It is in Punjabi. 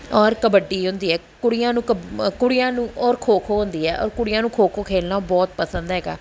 ਔਰ ਕਬੱਡੀ ਹੁੰਦੀ ਹੈ ਕੁੜੀਆਂ ਨੂੰ ਕੱਬ ਕੁੜੀਆਂ ਨੂੰ ਔਰ ਖੋ ਖੋ ਹੁੰਦੀ ਹੈ ਔਰ ਕੁੜੀਆਂ ਨੂੰ ਖੋ ਖੋ ਖੇਡਣਾ ਬਹੁਤ ਪਸੰਦ ਹੈਗਾ